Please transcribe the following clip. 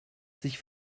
sich